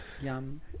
Yum